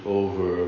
over